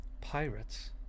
Pirates